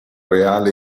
reale